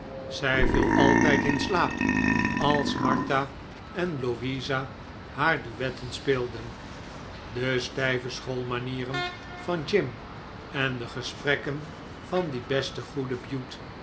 zij viel altijd in slaap als martha en louisa haar duetten speelden de stijve schoolmanieren van jim en de gesprekken van dien besten goeien bute